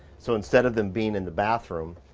so instead of them being in the bathroom,